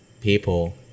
people